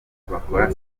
bakora